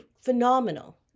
phenomenal